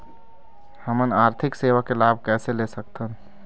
हमन आरथिक सेवा के लाभ कैसे ले सकथन?